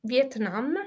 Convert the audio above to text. Vietnam